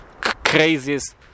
craziest